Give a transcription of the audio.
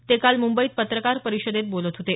ते काल मुंबईत पत्रकार परिषदेत बोलत होते